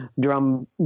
drum